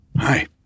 Hi